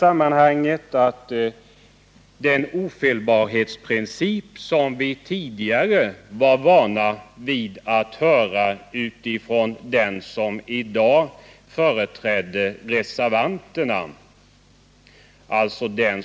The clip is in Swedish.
Vi har tidigare varit vana vid att den som i dag företrätt reservanterna och andra socialdemokrater har brukat företräda ett slags ofelbarhetsprincip i detta sammanhang.